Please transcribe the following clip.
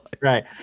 right